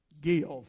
give